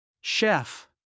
Chef